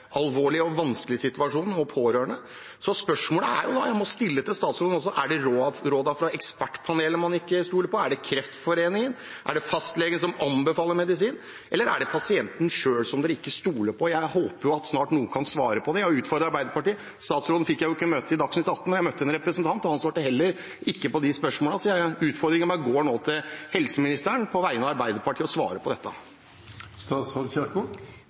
og vanskelig situasjon, og deres pårørende. Spørsmålene jeg må stille til statsråden også, er: Er det rådene fra ekspertpanelet man ikke stoler på? Er det Kreftforeningen? Er det fastlegen som anbefaler medisinen? Eller er det pasienten selv man ikke stoler på? Jeg håper noen snart kan svare på det. Jeg har utfordret Arbeiderpartiet. Statsråden fikk jeg ikke møte i Dagsnytt 18. Jeg møtte en representant, men han svarte heller ikke på de spørsmålene, så utfordringen går nå til helseministeren om på vegne av Arbeiderpartiet å svare på dette.